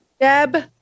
Deb